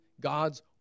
God's